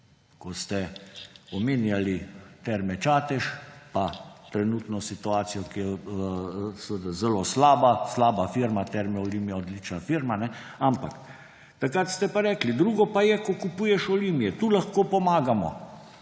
Ko ste omenjali Terme Čatež, pa trenutno situacijo, ki je seveda zelo slaba, slaba firma, Terme Olimia je odlična firma. Ampak, takrat ste pa rekli: »Drugo pa je, ko kupuješ Olimie. Tu lahko pomagamo,